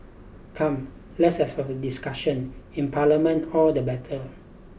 come let's have for the discussion in Parliament all the better